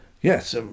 Yes